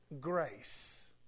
grace